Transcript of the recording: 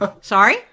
Sorry